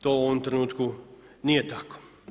To u ovom trenutku nije tako.